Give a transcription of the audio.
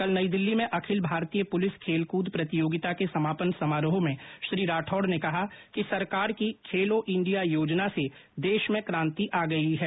कल नई दिल्ली में अखिल भारतीय पुलिस खेल कृद प्रतियोगिता के समापन समारोह में श्री राठौड़ ने कहा कि सरकार की खेलो इंडिया योजना से देश में क्रांति आ गई है